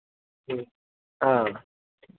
हाँ